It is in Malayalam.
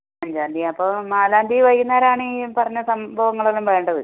അഞ്ചാം തീയ്യതി അപ്പം നാലാം തീയ്യതി വൈകുന്നേരം ആണ് ഈ പറഞ്ഞ സംഭവങ്ങളെല്ലം വേണ്ടത്